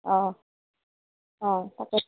অঁ অঁ তাকে